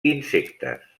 insectes